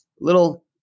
Little